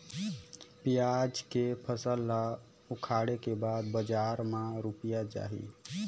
पियाज के फसल ला उखाड़े के बाद बजार मा रुपिया जाही?